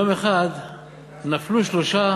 יום אחד נפלו שלושה